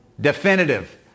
definitive